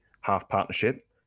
half-partnership